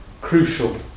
crucial